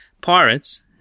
Pirates